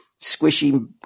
squishy